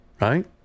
right